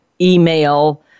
email